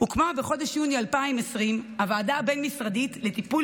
הוקמה בחודש יוני 2020 הוועדה הבין-משרדית לטיפול